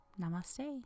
Namaste